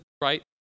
right